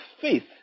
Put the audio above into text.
faith